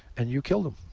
and you kill them.